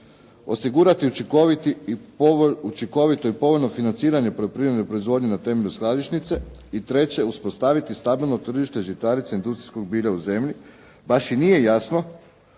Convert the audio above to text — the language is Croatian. osigurati učinkovito i povoljno financiranje poljoprivredne proizvodnje na temelju skladišnice i treće uspostaviti stabilno tržište žitarice industrijskog bilja u zemlji. Baš i nije jasno